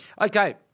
Okay